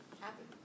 Happy